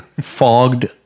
fogged